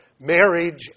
Marriage